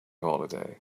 holiday